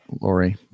lori